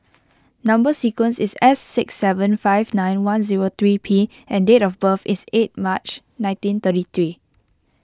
Number Sequence is S six seven five nine one zero three P and date of birth is eight March nineteen thirty three